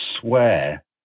swear